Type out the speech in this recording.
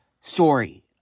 story